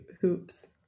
hoops